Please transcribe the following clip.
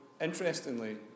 interestingly